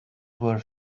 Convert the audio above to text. were